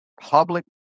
public